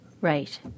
Right